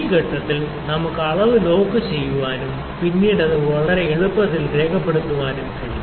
ഈ ഘട്ടത്തിൽ നമുക്ക് അളവ് ലോക്ക് ചെയ്യാനും പിന്നീട് അത് വളരെ എളുപ്പത്തിൽ രേഖപ്പെടുത്താനും കഴിയും